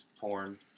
porn